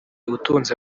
utunze